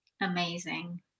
Amazing